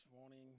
morning